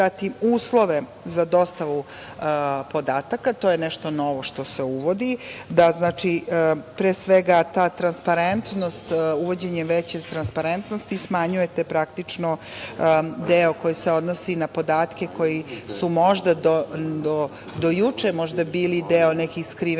uslove za dostavu podataka. To je nešto novo što se uvodi. Znači, pre svega, ta transparentnost. Uvođenjem veće transparentnosti smanjujete praktično deo koji se odnosi na podatke koji su možda do juče bili deo nekih skrivenih